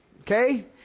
Okay